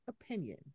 opinion